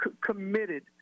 committed